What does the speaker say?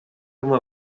uma